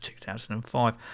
2005